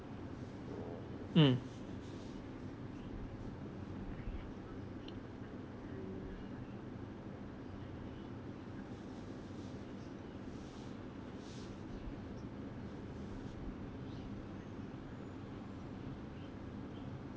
mm